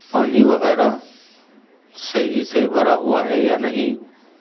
پانی وغیرہ صحیح سے بھرا ہوا ہے یا نہیں